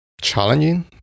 challenging